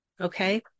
okay